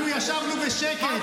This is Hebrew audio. אנחנו ישבנו בשקט.